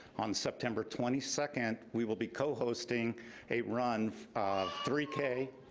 on september twenty second, we will be co-hosting a run of three k,